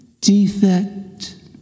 defect